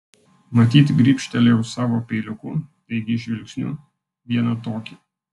matyt gribštelėjau savo peiliuku taigi žvilgsniu vieną tokį